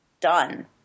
done